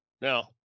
Now